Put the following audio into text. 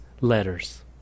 letters